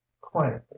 quietly